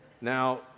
Now